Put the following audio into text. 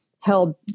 held